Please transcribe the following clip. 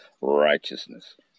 righteousness